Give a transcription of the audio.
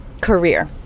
career